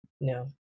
No